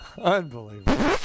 Unbelievable